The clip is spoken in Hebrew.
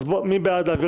הערה